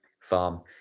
farm